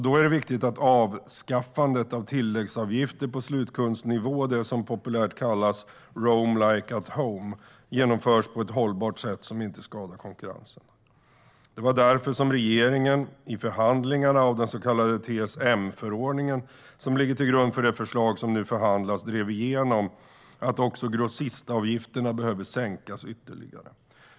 Då är det viktigt att avskaffandet av tilläggsavgifter på slutkundsnivå, det som populärt kallas roam like at home, genomförs på ett hållbart sätt som inte skadar konkurrensen. Det var därför regeringen i förhandlingarna om den så kallade TSM-förordningen, som ligger till grund för det förslag som nu förhandlas, drev igenom att också grossistavgifterna behöver sänkas ytterligare.